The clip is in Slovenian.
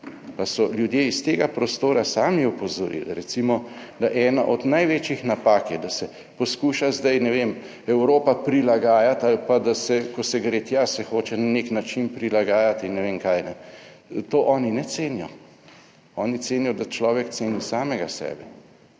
Pa so ljudje iz tega prostora sami opozorili, recimo, da ena od največjih napak je, da se poskuša zdaj, ne vem, Evropa prilagajati ali pa da se, ko se gre tja, se hoče na nek način prilagajati in ne vem kaj. To oni ne cenijo. Oni cenijo, da človek ceni samega sebe